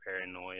paranoia